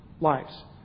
lives